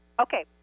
Okay